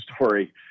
story